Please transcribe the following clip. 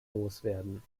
loswerden